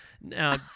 Now